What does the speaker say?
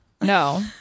No